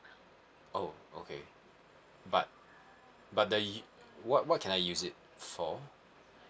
oh okay but but the what what can I use it for